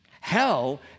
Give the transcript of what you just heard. Hell